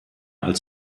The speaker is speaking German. als